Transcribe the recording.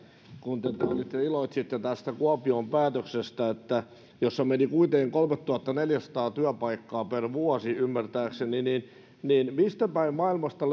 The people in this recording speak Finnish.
kun te nyt iloitsitte tästä kuopion päätöksestä jossa meni kuitenkin kolmetuhattaneljäsataa työpaikkaa per vuosi ymmärtääkseni niin niin mistäpäin maailmasta